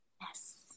Yes